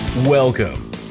Welcome